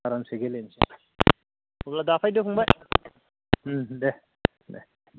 आरामसे गेलेनोसै अब्ला दा फैदो फंबाय उम दे दे